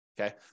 Okay